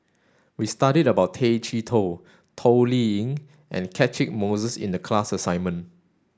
we studied about Tay Chee Toh Toh Liying and Catchick Moses in the class assignment